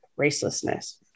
racelessness